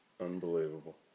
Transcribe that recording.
Unbelievable